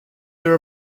your